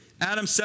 Adam